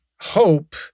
hope